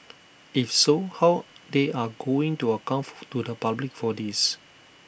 if so how they are going to account to the public for this